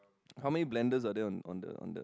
how many blenders are there on the on the